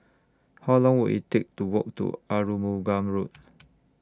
How Long Will IT Take to Walk to Arumugam Road